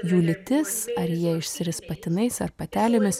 jų lytis ar jie išsiris patinais ar patelėmis